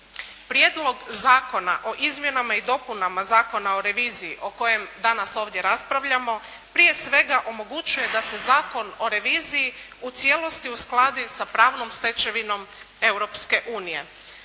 Prijedlog zakona o izmjenama i dopunama Zakona o reviziji o kojem danas ovdje raspravljamo prije svega omogućuje da se Zakon o reviziji u cijelosti uskladi sa pravnom stečevinom